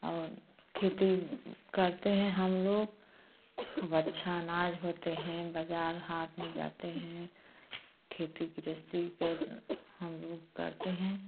और खेती करते है हम लोग खूब अच्छा अनाज होता हैं बजार हाट में जाते हैं खेती गृहस्ती करना हम लोग करते हैं